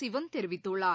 சிவன் தெரிவித்துள்ளார்